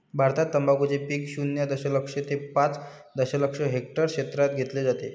भारतात तंबाखूचे पीक शून्य दशलक्ष ते पाच दशलक्ष हेक्टर क्षेत्रात घेतले जाते